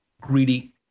greedy